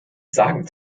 sagen